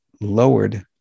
lowered